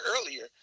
earlier